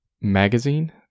Magazine